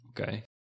Okay